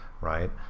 right